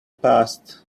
past